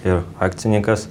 ir akcininkas